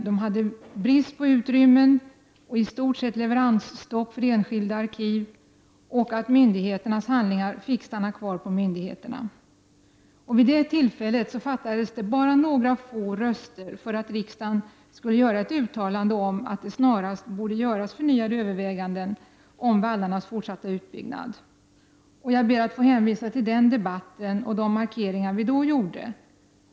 De hade brist på utrymme, i stort sett leveransstopp för enskilda arkiv, och myndigheternas handlingar fick stanna kvar på myndigheterna. Vid det tillfället fattades det bara några få röster för att riksdagen skulle göra ett uttalande om att det snarast borde göras förnyade överväganden om vallarnas fortsatta utbyggnad. Jag ber att få hänvisa till den debatten och de markeringar vi då gjorde.